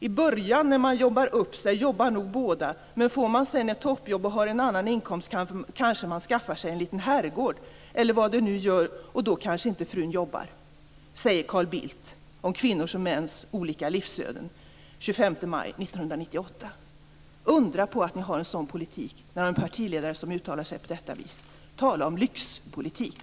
I början, när man jobbar upp sig, jobbar nog båda, men får man sedan ett toppjobb och har en annan inkomst kanske man skaffar sig en liten herrgård eller vad det nu blir, och då kanske inte frun jobbar, säger Carl Bildt om kvinnors och mäns olika livsöden den 25 maj 1998. Undra på att ni har en sådan politik, när ni har en partiledare som uttalar sig på detta vis. Tala om lyxpolitik!